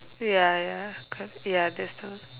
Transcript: ya ya cor ya that's the one